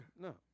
No